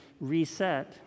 reset